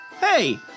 Hey